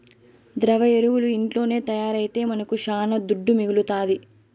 ద్రవ ఎరువులు ఇంట్లోనే తయారైతే మనకు శానా దుడ్డు మిగలుతాది